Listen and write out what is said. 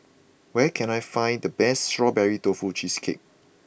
where can I find the best Strawberry Tofu Cheesecake